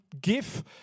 give